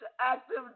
active